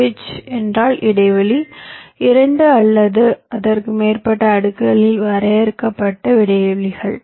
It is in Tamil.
பிட்ச் என்றால் இடைவெளி இரண்டு அல்லது அதற்கு மேற்பட்ட அடுக்குகளில் வரையறுக்கப்பட்ட இடைவெளிகள்